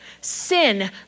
Sin